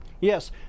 Yes